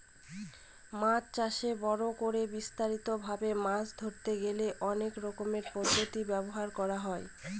মাছ চাষে বড় করে বিস্তারিত ভাবে মাছ ধরতে গেলে অনেক রকমের পদ্ধতি ব্যবহার করা হয়